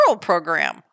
program